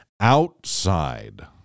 outside